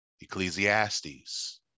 Ecclesiastes